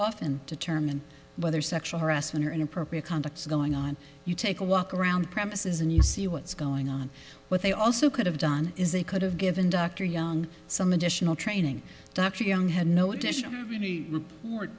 often determine whether sexual harassment or inappropriate conduct is going on you take a walk around the premises and you see what's going on but they also could have done is they could have given dr young some additional training dr young had no additional re